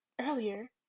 earlier